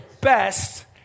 best